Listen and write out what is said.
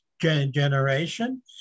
generation